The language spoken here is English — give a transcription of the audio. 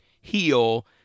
heal